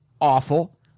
awful